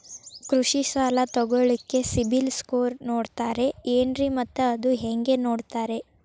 ಕೃಷಿ ಸಾಲ ತಗೋಳಿಕ್ಕೆ ಸಿಬಿಲ್ ಸ್ಕೋರ್ ನೋಡ್ತಾರೆ ಏನ್ರಿ ಮತ್ತ ಅದು ಹೆಂಗೆ ನೋಡ್ತಾರೇ?